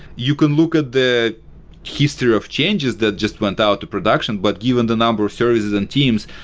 you can look at the history of changes that just went out to production, but given the number of services in teams,